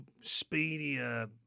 speedier